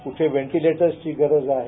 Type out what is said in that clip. कुठे व्हेंटीलेटरची गरज आहे